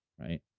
right